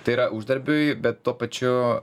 tai yra uždarbiui bet tuo pačiu